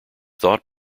thought